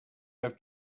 have